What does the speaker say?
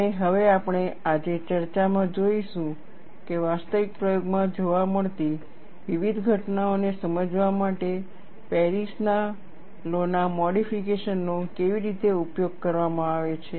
અને હવે આપણે આજે ચર્ચામાં જોઈશું કે વાસ્તવિક પ્રયોગમાં જોવા મળતી વિવિધ ઘટનાઓને સમજાવવા માટે પેરિસના લૉ ના મોડીફિકેશન નો કેવી રીતે ઉપયોગ કરવામાં આવે છે